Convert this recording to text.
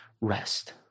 rest